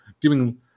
giving